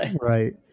Right